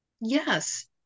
Yes